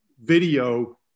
video